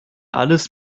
alles